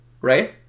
Right